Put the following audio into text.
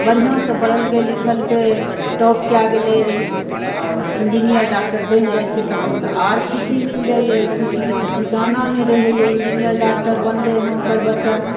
बढ़ियासऽ पढ़लकै लिखलकै टॉप कए गेलै और इन्जीनियर डॉक्टर बनि जाइ छै तखन तऽ और खुशी मिल जाइए खुशीके तऽ ठिकाना नइँ रहैए इन्जीनियर डॉक्टर बनलैए हँ ओकर बच्चा